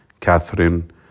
Catherine